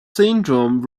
syndrome